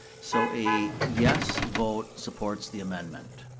so a yes vote supports the amendment.